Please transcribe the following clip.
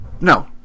no